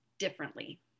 differently